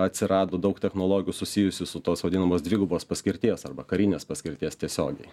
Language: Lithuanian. atsirado daug technologijų susijusių su tos vadinamos dvigubos paskirties arba karinės paskirties tiesiogiai